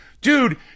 dude